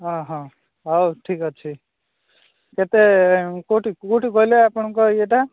ଓହୋ ହଉ ଠିକ ଅଛି କେତେ କେଉଁଠି କେଉଁଠି କହିଲେ ଆପଣଙ୍କ ଇଏଟା